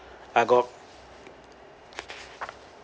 I got